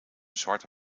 zwarte